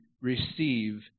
receive